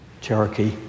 Cherokee